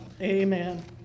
Amen